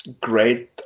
great